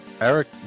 Eric